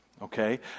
okay